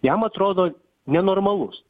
jam atrodo nenormalus